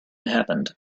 happened